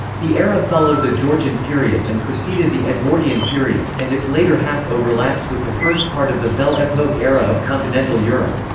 the era followed the georgian period and preceded the edwardian period, and its later half overlaps with the first part of the belle epoque era of continental europe.